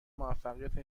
موفقیت